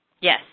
Yes